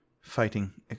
fighting